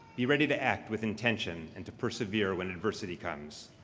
be ready to act with intention and to persevere when adversity comes.